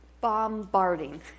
Bombarding